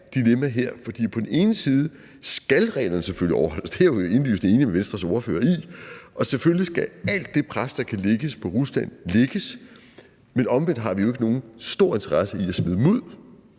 dilemma her, for på den ene side skal reglerne selvfølgelig overholdes – det er jeg jo indlysende enig med Venstres ordfører i – og selvfølgelig skal alt det pres, der kan lægges på Rusland, lægges, men omvendt har vi jo ikke nogen stor interesse i at smide dem